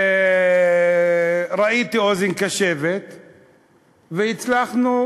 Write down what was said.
ומצאתי אוזן קשבת והצלחנו